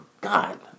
God